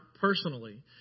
personally